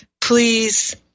please